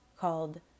called